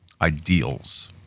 ideals